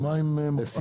מה עם התקנים?